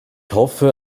hoffe